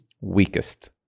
Weakest